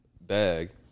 Bag